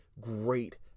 great